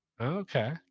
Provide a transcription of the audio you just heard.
okay